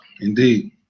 Indeed